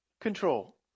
control